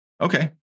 Okay